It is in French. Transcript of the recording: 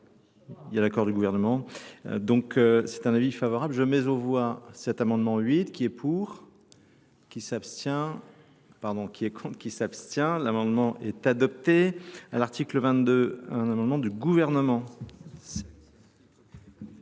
Il y a l'accord du gouvernement. Donc c'est un avis favorable. Je mets au voie cet amendement 8 qui est pour ? Qui s'abstient ? L'amendement est adopté à l'article 22, un amendement du gouvernement.